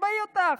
עזבי אותך,